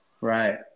right